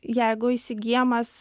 jeigu įsigyjamas